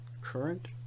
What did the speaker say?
current